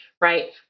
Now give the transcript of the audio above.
right